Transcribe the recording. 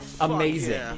amazing